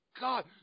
god